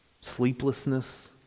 Sleeplessness